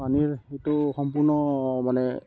পানীৰ এইটো সম্পূৰ্ণ মানে